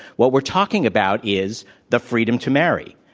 what we're talking about is the freedom to marry.